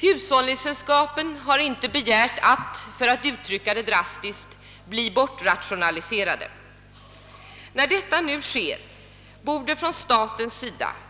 Hushållningssällskapen har inte begärt att — för att uttrycka det drastiskt — bli bortrationaliserade. När detta nu sker borde staten